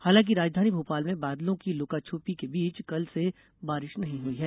हालांकि राजधानी भोपाल में बादलों की लुका छिपी के बीच कल से बारिश नहीं हुई है